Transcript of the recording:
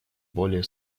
более